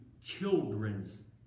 children's